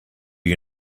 you